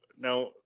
now